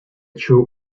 true